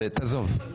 תעזוב.